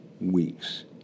weeks